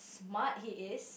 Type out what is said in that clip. smart he is